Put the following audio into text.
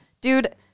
dude